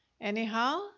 anyhow